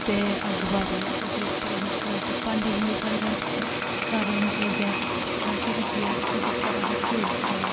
ते अग्ग बालियै ओह्दे पर असें कड़ाटी ते भांडे बी साढ़े घर सारे होने चाहिदे न ते कड़ाटी रक्खियै ओह्दे च असें पैह्लें तेल पाना